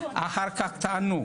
אחר כך תענו,